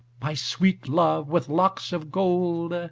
my sweet love with locks of gold,